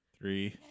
three